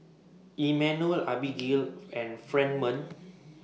Immanuel Abbigail and Fremont